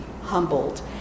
humbled